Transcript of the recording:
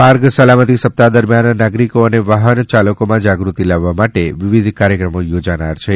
માર્ગ સલામતી સપ્તાહ્ દરમિયાન નાગરિકો અને વાહ્ન ચાલકોમાં જાગૃતિ લાવવા માટે વિવિધ કાર્યક્રમો યોજાનાર છે